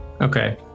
Okay